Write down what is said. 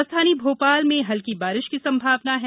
राजधानी भोपाल में हल्की बारिश की संभावना है